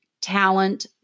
talent